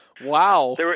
Wow